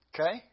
Okay